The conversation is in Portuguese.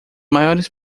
maiores